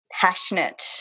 passionate